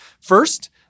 first